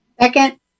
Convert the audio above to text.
Second